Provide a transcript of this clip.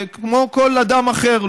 כמו כל אדם אחר.